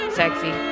sexy